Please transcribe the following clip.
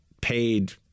paid